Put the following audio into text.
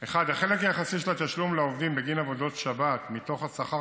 1. החלק היחסי של התשלום לעובדים בגין עבודות שבת מתוך השכר